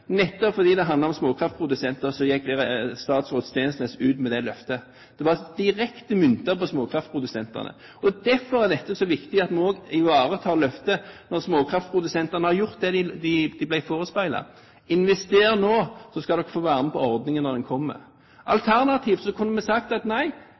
gikk daværende statsråd Steensnæs ut med det løftet. Det var direkte myntet på småkraftprodusentene. Derfor er det så viktig at vi også ivaretar løftet når småkraftprodusentene har gjort det de ble forespeilet: Invester nå, så skal dere få være med i ordningen når den kommer. Alternativt kunne vi sagt: Nei,